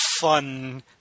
fun